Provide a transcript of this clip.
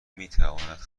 میتواند